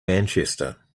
manchester